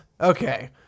Okay